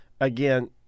again